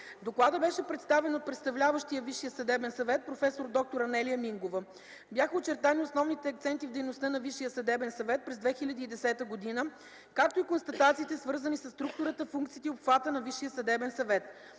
Докладът беше представен от представляващия Висшия съдебен съвет проф. д-р Анелия Мингова. Бяха очертани основните акценти в дейността на Висшия съдебен съвет през 2010 г., както и констатациите, свързани със структурата, функциите и обхвата на Висшия съдебен съвет.